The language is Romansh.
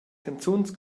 canzuns